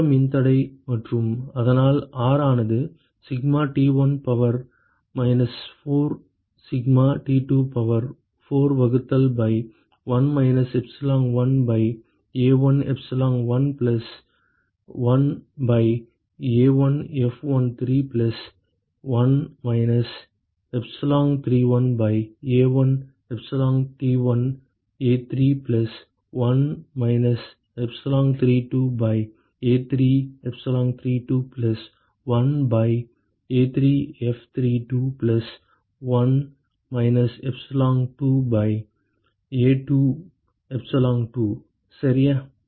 மொத்த மின்தடை மற்றும் அதனால் R ஆனது sigma T1 power minus 4 sigma T2 power 4 வகுத்தல் by 1 minus epsilon 1 by A1 epsilon 1 plus 1 by A1F13 plus 1 minus epsilon31 by A1 epsilon T1 A3 plus 1 minus epsilon32 by A3 epsilon32 plus 1 by A3F32 plus 1 minus epsilon2 by A2 epsilon2 சரியா